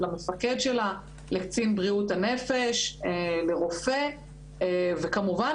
למפקד שלה לקצין בריאות הנפש או לרופא וכמובן,